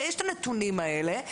יש את הנתונים האלה.